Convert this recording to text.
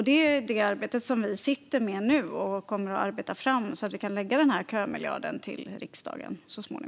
Det är det arbetet vi sitter med nu och kommer att arbeta fram så att vi så småningom kan lägga fram denna kömiljard för riksdagen.